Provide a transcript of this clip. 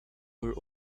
were